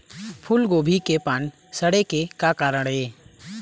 फूलगोभी के पान सड़े के का कारण ये?